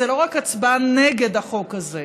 זה לא רק הצבעה נגד החוק הזה,